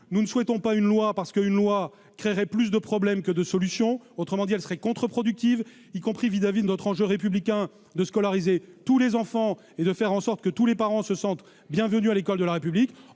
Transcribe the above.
nous ne souhaitons pas une loi, parce qu'une loi créerait plus de problèmes que de solutions : elle serait contre-productive, y compris eu égard à l'enjeu républicain qui consiste à scolariser tous les enfants et à faire en sorte que tous les parents se sentent bienvenus à l'école de la République.